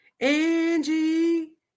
Angie